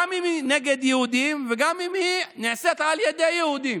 גם אם היא נגד יהודים וגם אם היא נעשית על ידי יהודים.